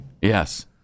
Yes